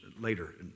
later